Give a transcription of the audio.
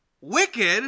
wicked